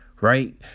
right